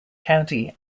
county